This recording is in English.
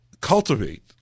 cultivate